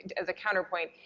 as a counterpoint,